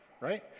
Right